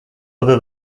other